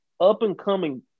up-and-coming